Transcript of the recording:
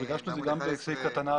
אנחנו ביקשנו את זה גם בסעיף קטן (א),